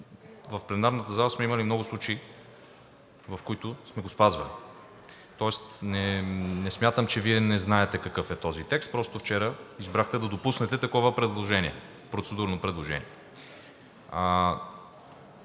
В пленарната зала сме имали много случаи, в които сме го спазвали, тоест не смятам, че Вие не знаете какъв е този текст, просто вчера избрахте да допуснете такова процедурно предложение.